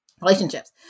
Relationships